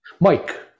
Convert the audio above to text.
Mike